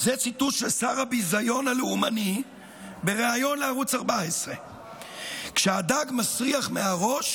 זה ציטוט של שר הביזיון הלאומני בריאיון לערוץ 14. כשהדג מסריח מהראש,